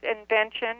Invention